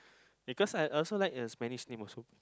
because I also like uh spanish name also